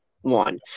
one